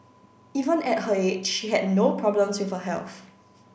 even at her age she had no problems with her health